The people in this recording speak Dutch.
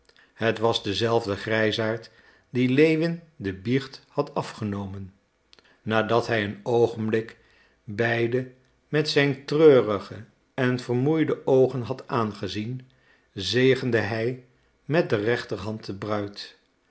het was dezelfde grijsaard die lewin de biecht had afgenomen nadat hij een oogenblik beide met zijn treurige en vermoeide oogen had aangezien zegende hij met de rechterhand de bruid